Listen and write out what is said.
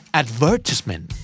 advertisement